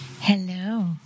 Hello